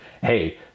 Hey